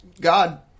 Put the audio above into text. God